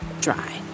dry